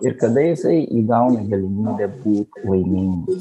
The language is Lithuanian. ir kada jisai įgauna galimybę būt laimingu